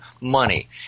money